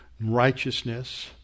Righteousness